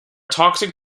toxic